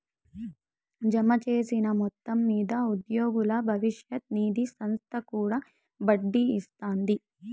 జమచేసిన మొత్తం మింద ఉద్యోగుల బవిష్యత్ నిది సంస్త కూడా ఒడ్డీ ఇస్తాది